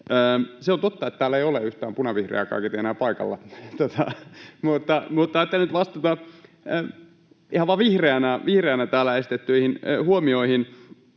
Se on totta, että täällä ei ole yhtään punavihreää kaiketi enää paikalla, mutta ajattelin nyt vastata ihan vaan vihreänä täällä esitettyihin huomioihin.